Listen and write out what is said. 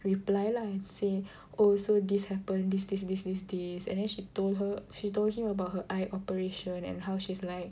reply lah and say oh so this happened this this this this this and then she told her she told him about her eye operation and how she's like